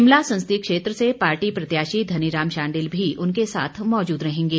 शिमला संसदीय क्षेत्र से पार्टी प्रत्याशी धनीराम शांडिल भी उनके साथ मौजूद रहेंगे